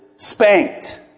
Spanked